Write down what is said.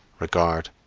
regard,